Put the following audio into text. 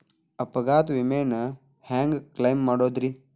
ಅಪಘಾತ ವಿಮೆನ ಹ್ಯಾಂಗ್ ಕ್ಲೈಂ ಮಾಡೋದ್ರಿ?